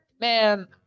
man